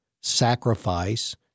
sacrifice—